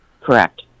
Correct